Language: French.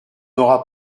auras